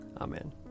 Amen